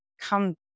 come